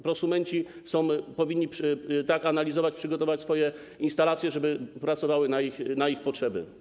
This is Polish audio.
Prosumenci powinni tak analizować i przygotować swoje instalacje, żeby pracowały na ich potrzeby.